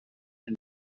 and